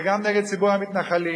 וגם נגד ציבור המתנחלים,